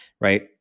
right